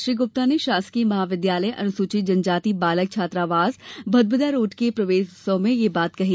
श्री गुप्ता ने शासकीय महाविद्यालयीन अनुसूचित जनजाति बालक छात्रावास भदभदा रोड के प्रवेश उत्सव में यह बात कही